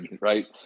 Right